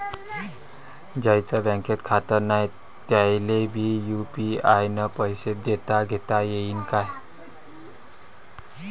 ज्याईचं बँकेत खातं नाय त्याईले बी यू.पी.आय न पैसे देताघेता येईन काय?